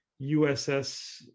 USS